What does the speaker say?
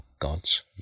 god's